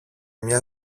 μια